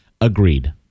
Agreed